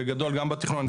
בגדול גם בתכנון.